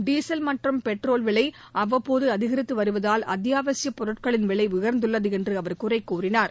diesel மற்றும் petrol விலை அவ்வப்போது அதிகரித்து அவருவதால் அத்தியாவசியப் பொருட்களின் விலை உயர்ந்துள்ளது என்று அவர் குறை கூறினார்